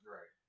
Right